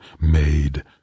made